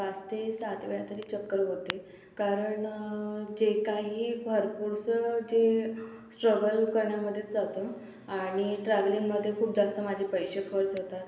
पाच ते सात वेळा तरी चक्कर होते कारण जे काही भरपूर असं जे स्ट्रगल करण्यामध्येच जातं आणि ट्रॅवलिंगमध्ये खूप जास्त माझे पैसे खर्च होतात